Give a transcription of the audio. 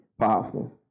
powerful